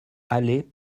allés